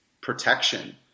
protection